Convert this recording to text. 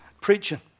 preaching